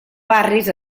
barris